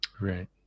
Right